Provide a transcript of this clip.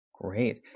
Great